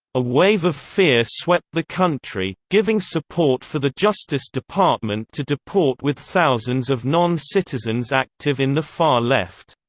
a wave of fear swept the country, giving support for the justice department to deport with thousands of non-citizens active in the far-left.